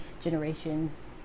generations